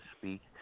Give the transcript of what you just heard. speak